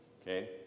Okay